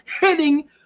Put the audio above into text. hitting